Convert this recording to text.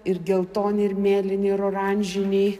ir geltoni ir mėlyni ir oranžiniai